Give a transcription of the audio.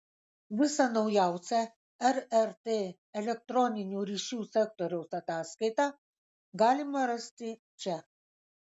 visą naujausią rrt elektroninių ryšių sektoriaus ataskaitą galima rasti čia